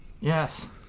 Yes